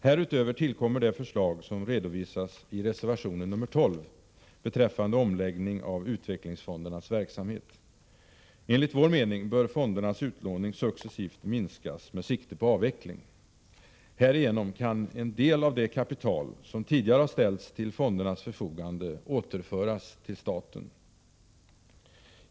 Härutöver tillkommer det förslag om redovisas i reservationen nr 12 beträffande omläggning av utvecklingsfondernas verksamhet. Enligt vår mening bör fondernas utlåning successivt minskas med sikte på avveckling. Härigenom kan en del av det kapital som tidigare har ställts till fondernas förfogande återföras till staten.